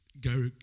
go